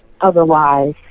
otherwise